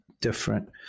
different